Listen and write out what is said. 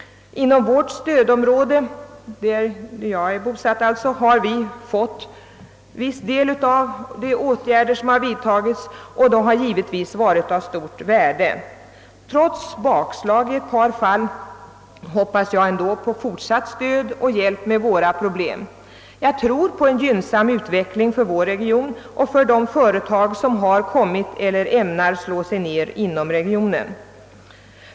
Inom vårt stödområde — d. v. s. där jag är bosatt — har vi fått viss hjälp och detta har givetvis haft mycket stort värde. Trots bakslag i ett par fall hoppas jag att vi skall få fortsatt stöd och hjälp med våra problem. Jag tror på en gynnsam utveckling för vår region och för de företag som har slagit sig ned inom området eller ämnar göra det.